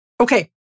Okay